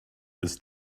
ist